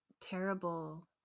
terrible